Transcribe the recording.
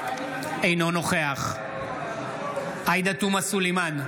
אינו נוכח עאידה תומא סלימאן,